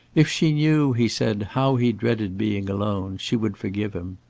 if she knew, he said, how he dreaded being alone, she would forgive him.